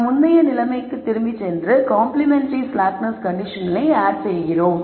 நாம் முந்தைய நிலைக்கு திரும்பிச் சென்று காம்ப்ளிமென்டரி ஸ்லாக்னஸ் கண்டிஷன்களை ஆட் செய்கிறோம்